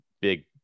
big